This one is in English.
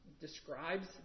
describes